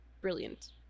brilliant